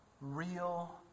real